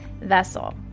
vessel